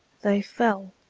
they fell,